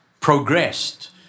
progressed